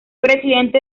presidente